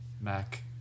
Mac